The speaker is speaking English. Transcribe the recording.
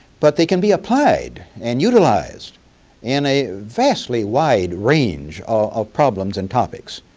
but they can be applied and utilized in a vastly wide range of problems and topics.